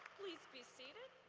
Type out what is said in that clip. please be seated.